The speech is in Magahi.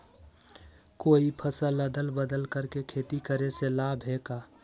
कोई फसल अदल बदल कर के खेती करे से लाभ है का?